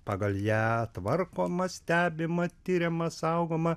pagal ją tvarkoma stebima tiriama saugoma